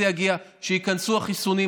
זה יגיע כשייכנסו החיסונים,